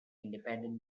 independent